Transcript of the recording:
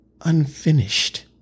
unfinished